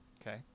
Okay